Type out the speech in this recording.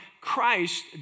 Christ